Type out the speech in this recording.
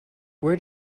where